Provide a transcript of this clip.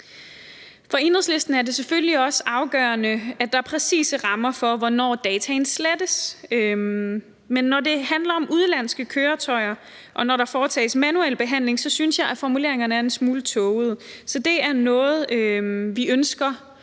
For Enhedslisten er det selvfølgelig også afgørende, at der er præcise rammer for, hvornår dataene slettes. Men når det handler om udenlandske køretøjer, og når der foretages manuel behandling, synes jeg, at formuleringerne er en smule tågede, så det er noget, som vi ønsker